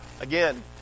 again